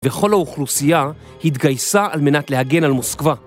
וכל האוכלוסייה התגייסה על מנת להגן על מוסקבה.